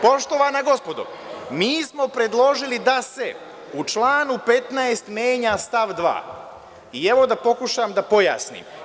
Poštovana gospodo, mi smo predložili da se u članu 15. menja stav 2. i evo da pokušam da pojasnim.